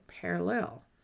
parallel